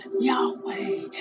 Yahweh